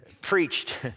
preached